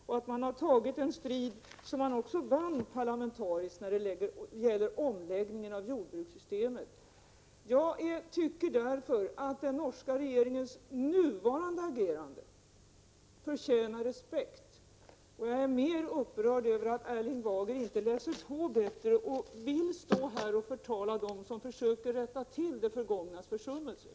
Man har dessutom tagit en strid — som man också vann parlamentariskt — när det gäller omläggningen av jordbrukssystemet. Jag tycker därför att den norska regeringens nuvarande agerande förtjänar respekt, och jag är mer upprörd över att Erling Bager inte läser på bättre utan vill stå här och förtala dem som försöker rätta till det förgångnas försummelser.